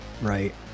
Right